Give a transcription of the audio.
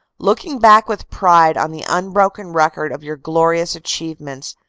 looking back with pride on the unbroken record of your glorious achievements,